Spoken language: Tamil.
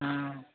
ம்